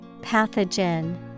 Pathogen